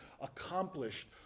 accomplished